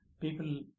people